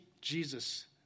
Jesus